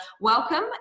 welcome